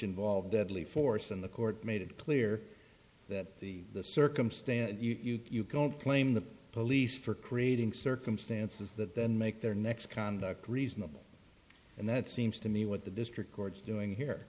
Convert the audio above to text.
involved deadly force in the court made it clear that the circumstance you go claim the police for creating circumstances that then make their next conduct reasonable and that seems to me what the district court doing here